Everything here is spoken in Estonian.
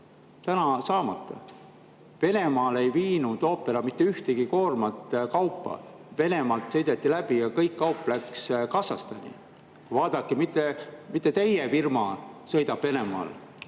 saamata. Venemaale ei viinud Operail mitte ühtegi koormat kaupa, Venemaalt sõideti läbi ja kogu kaup läks Kasahstani. Vaadake, teie firma sõidab Venemaal.